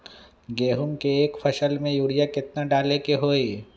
गेंहू के एक फसल में यूरिया केतना डाले के होई?